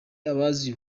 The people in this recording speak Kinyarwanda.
abazi